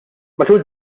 matul